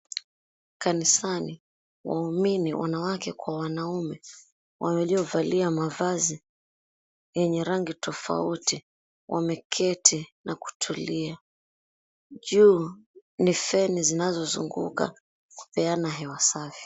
Kanisani waumini, wanawake kwa wanaume, waliovalia mavazi yenye rangi tofauti wameketi na kutulia. Juu ni feni zinazozunguka kupeana hewa safi.